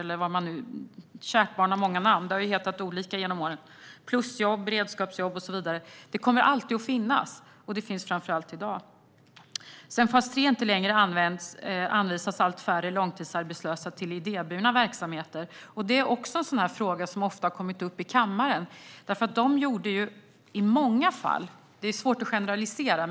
Kärt barn har många namn. Det har hetat olika genom åren: plusjobb, beredskapsjobb och så vidare. Behovet kommer alltid att finnas, och det finns framför allt i dag. Sedan fas 3 inte längre används anvisas allt färre långtidsarbetslösa till idéburna verksamheter. Det är också en fråga som ofta har kommit upp i kammaren. Det är svårt att generalisera.